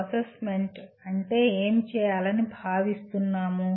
assessment అంటే ఏమి చేయాలని భావిస్తున్నాము